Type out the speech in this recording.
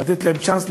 לתת להם צ'אנס,